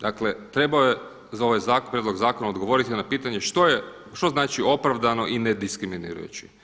Dakle trebao je ovaj prijedlog zakona odgovoriti na pitanje, što znači opravdano i ne diskriminirajuće.